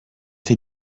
fait